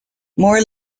more